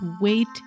wait